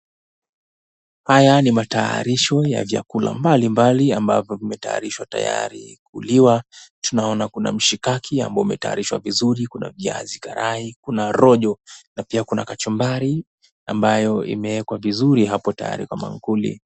Haya ni matayarisho ya vyakula mbalimbali ambavyo vimetayarishwa tayari kuliwa. Tunaona kuna mshikaki ambao umetayarishwa vizuri, kuna viazi karai, kuna rojo na pia kuna kachumbari ambayo imewekwa vizuri hapo tayari kwa maankuli.